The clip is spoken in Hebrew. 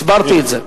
הסברתי את זה.